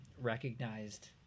recognized